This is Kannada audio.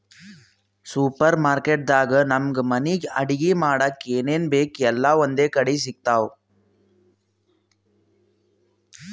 ಸೂಪರ್ ಮಾರ್ಕೆಟ್ ದಾಗ್ ನಮ್ಗ್ ಮನಿಗ್ ಅಡಗಿ ಮಾಡಕ್ಕ್ ಏನೇನ್ ಬೇಕ್ ಎಲ್ಲಾ ಒಂದೇ ಕಡಿ ಸಿಗ್ತಾವ್